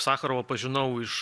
sacharovą pažinau iš